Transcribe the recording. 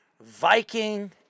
Viking